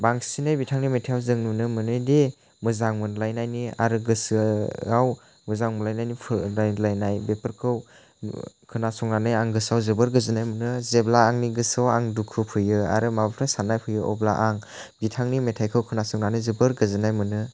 बांसिनै बिथांनि मेथाइआव जों नुनो मोनो दि मोजां मोनलायनायनि आरो गोसोआव मोजां मोनलायनायनि रायज्लायनाय बेफोरखौ खोनासंनानै आं गोसोआव जोबोर गोजोननाय मोनो जेब्ला आंनि गोसोआव आं दुखु फैयो आरो माबाफोर साननाय फैयो अब्ला आं बिथांनि मेथाइखौ खोनासंनानै जोबोर गोजोननाय मोनो